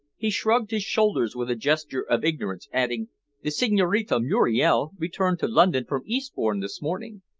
he shrugged his shoulders with a gesture of ignorance, adding the signorina muriel returned to london from eastbourne this morning.